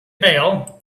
bail